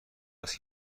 است